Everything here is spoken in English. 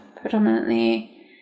predominantly